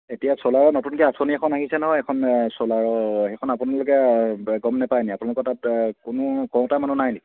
এতিয়া চ'লাৰ নতুনকৈ আঁচনি এখন আহিছে নহয় এখন চলাৰৰ এইখন আপোনালোকে গম নাপায় নেকি আপোনালোকৰ তাত কোনো কওঁটা মানুহ নাই নেকি